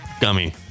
gummy